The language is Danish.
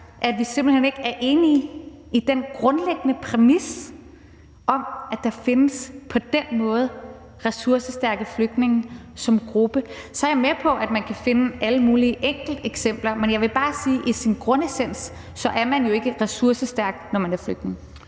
at vi simpelt hen ikke er enige i den grundlæggende præmis om, at der på den måde findes ressourcestærke flygtninge som gruppe. Jeg er så med på, at man kan finde alle mulige enkelteksempler, men jeg vil bare sige, at man i sin grundessens ikke er ressourcestærk, når man er flygtning.